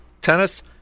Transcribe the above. tennis